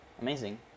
Amazing